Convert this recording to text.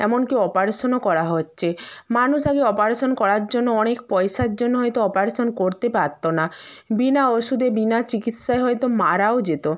এমনকি অপারেশনও করা হচ্ছে মানুষ আগে অপারেশন করার জন্য অনেক পয়সার জন্য হয়তো অপারেশন করতে পারত না বিনা ওষুধে বিনা চিকিৎসায় হয়তো মারাও যেত